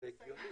סעיף